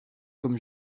comme